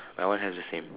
my one has the same